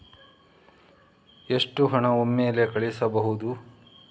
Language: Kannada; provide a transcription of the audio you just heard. ಎಷ್ಟು ಹಣ ಒಮ್ಮೆಲೇ ಕಳುಹಿಸಬಹುದು?